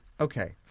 Okay